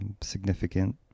significant